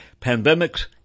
Pandemics